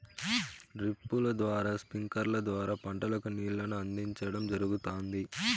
డ్రిప్పుల ద్వారా స్ప్రింక్లర్ల ద్వారా పంటలకు నీళ్ళను అందించడం జరుగుతాది